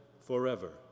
forever